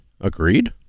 Agreed